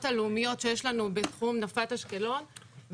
הלאומיות שיש לנו בתחום נפת אשקלון,